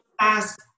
ask